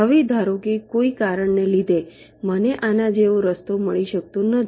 હવે ધારો કે કોઈ કારણને લીધે મને આના જેવો રસ્તો મળી શકતો નથી